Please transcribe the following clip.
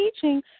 teaching